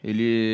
Ele